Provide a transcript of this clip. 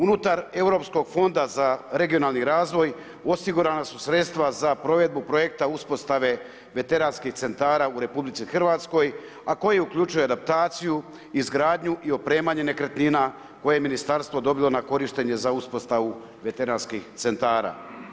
Unutar Europskog fonda za regionalni razvoj osigurana su sredstva za provedbu projekta uspostave veteranskih centara u RH a koje uključuje adaptaciju, izgradnju i opremanje nekretnina koje je ministarstvo dobilo na korištenje za uspostavu veteranskih centara.